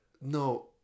no